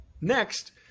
next